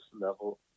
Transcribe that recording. level